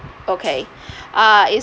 okay uh is